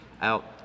out